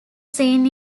seen